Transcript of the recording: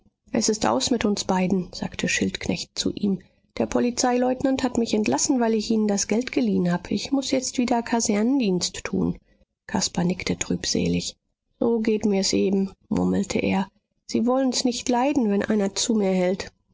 es ist aus mit uns beiden sagte schildknecht zu ihm der polizeileutnant hat mich entlassen weil ich ihnen das geld geliehen hab ich muß jetzt wieder kasernendienst tun caspar nickte trübselig so geht mir's eben murmelte er sie wollen's nicht leiden wenn einer zu mir hält